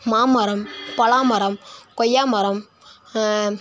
மாமரம் பலாமரம் கொய்யாமரம்